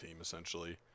essentially